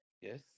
Yes